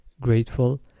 grateful